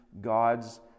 God's